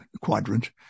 quadrant